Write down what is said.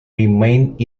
remained